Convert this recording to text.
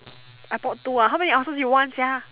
I bought two ah how many ulcers you want sia